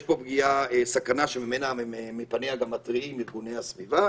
יש פה סכנה שמפניה גם מתריעים ארגוני הסביבה,